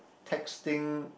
texting